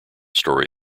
story